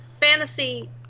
fantasy